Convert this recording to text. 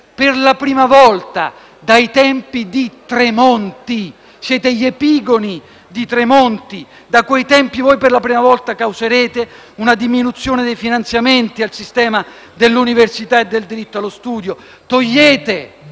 per la prima volta dai tempi di Tremonti (siete gli epigoni di Tremonti!), voi per la prima volta causerete una diminuzione dei finanziamenti al sistema dell'università e del diritto allo studio. Togliete